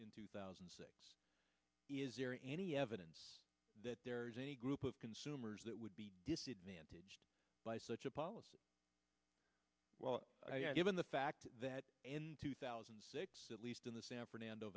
in two thousand and six any evidence that there is any group of consumers that would be disadvantaged by such a policy well given the fact that two thousand and six at least in the san fernando